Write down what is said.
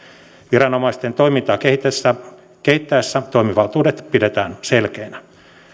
viranomaisten toimintaa kehitettäessä toimivaltuudet pidetään selkeinä